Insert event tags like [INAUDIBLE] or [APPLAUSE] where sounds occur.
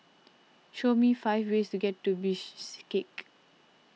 show me five ways to get to [UNINTELLIGIBLE]